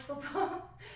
football